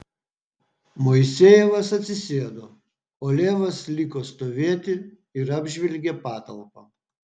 moisejevas atsisėdo o levas liko stovėti ir apžvelgė patalpą